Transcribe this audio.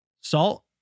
salt